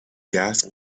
gas